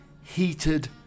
heated